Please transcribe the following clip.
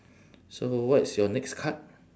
so what is your next card